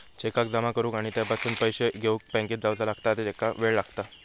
चेकाक जमा करुक आणि त्यापासून पैशे घेउक बँकेत जावचा लागता ज्याका वेळ लागता